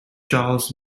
charles